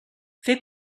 fer